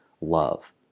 love